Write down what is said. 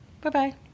Bye-bye